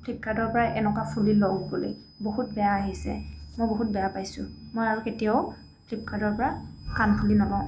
ফ্লিপকাৰ্টৰ পৰা এনেকুৱা ফুলি লওক বুলি বহুত বেয়া আহিছে মই বহুত বেয়া পাইছোঁ মই আৰু কেতিয়াও ফ্লিপকাৰ্টৰ পৰা কাণফুলি নলওঁ